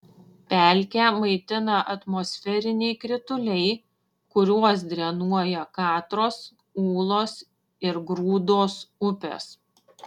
pelkę maitina atmosferiniai krituliai kuriuos drenuoja katros ūlos ir grūdos upės